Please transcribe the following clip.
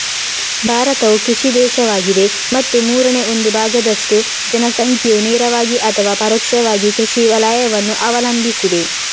ಭಾರತವು ಕೃಷಿ ದೇಶವಾಗಿದೆ ಮತ್ತು ಮೂರನೇ ಒಂದು ಭಾಗದಷ್ಟು ಜನಸಂಖ್ಯೆಯು ನೇರವಾಗಿ ಅಥವಾ ಪರೋಕ್ಷವಾಗಿ ಕೃಷಿ ವಲಯವನ್ನು ಅವಲಂಬಿಸಿದೆ